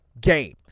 game